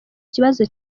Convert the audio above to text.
kibazo